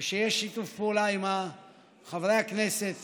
ושיש שיתוף פעולה עם חברי הכנסת